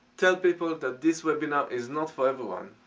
tell people that this webinar is not for everyone.